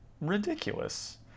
ridiculous